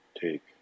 take